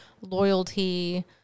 loyalty